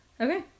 Okay